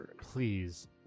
please